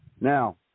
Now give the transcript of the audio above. Now